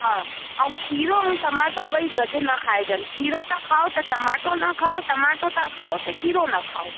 हा ऐं खीरो ऐं टमाटो ॿई गॾु न खाइजनि खीरो था खाओ त टमाटो न खाओ टमाटो था खाओ त खीरो न खाओ